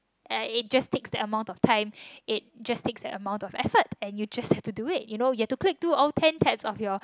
and it just takes that amount of times it just takes that amount of effort and you just have to do it you know you've to click to all your